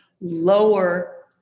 lower